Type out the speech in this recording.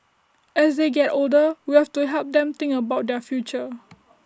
as they get older we have to help them think about their future